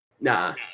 nah